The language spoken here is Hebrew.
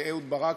ואהוד ברק,